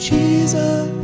Jesus